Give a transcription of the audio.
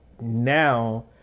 now